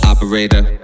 Operator